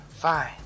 Fine